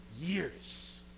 years